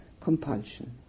compulsion